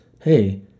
hey